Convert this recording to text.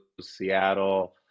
Seattle